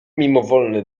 mimowolny